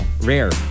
rare